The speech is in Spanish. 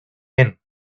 ben